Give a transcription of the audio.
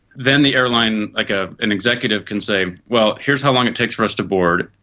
then the airline, like ah an executive can say, well, here's how long it takes for us to board,